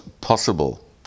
possible